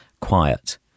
quiet